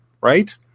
right